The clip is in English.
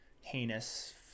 heinous